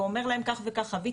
ואומר להם כך חוויתי,